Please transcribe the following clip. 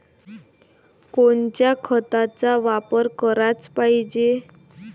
कोनच्या खताचा वापर कराच पायजे?